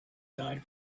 died